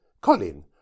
Colin